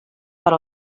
per